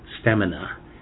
stamina